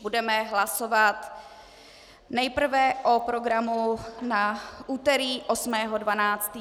Budeme hlasovat nejprve o programu na úterý 8. 12.